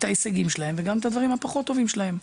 ההישגים שלהם וגם את הדברים הפחות טובים שלהם.